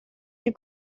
you